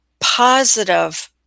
positive